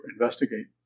investigate